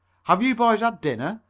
have you boys had dinner?